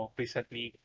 recently